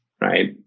right